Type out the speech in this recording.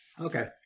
Okay